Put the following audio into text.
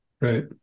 Right